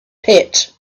pit